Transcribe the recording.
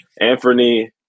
Anthony